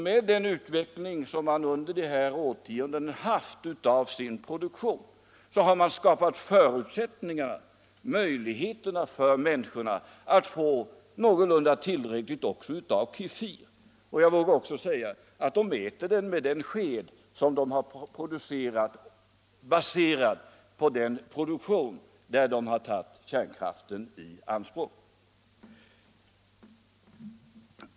Med den utveckling man under de här årtiondena haft av sin produktion har man skapat möjligheter för människorna att få någorlunda tillräckligt också av kefir, och jag vågar även säga att de äter den med en sked som framställts i den produktion där man tagit kärnkraften i anspråk.